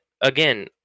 again